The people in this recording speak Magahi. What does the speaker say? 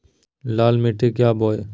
लाल मिट्टी क्या बोए?